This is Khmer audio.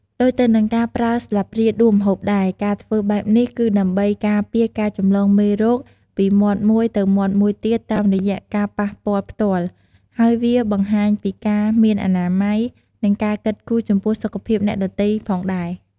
ដូចទៅនឹងការប្រើស្លាបព្រាដួសម្ហូបដែរ ការធ្វើបែបនេះគឺដើម្បីការពារការចម្លងមេរោគពីមាត់មួយទៅមាត់មួយទៀតតាមរយៈការប៉ះពាល់ផ្ទាល់ ហើយវាបង្ហាញពីការមានអនាម័យ និងការគិតគូរចំពោះសុខភាពអ្នកដទៃផងដែរ។